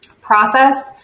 Process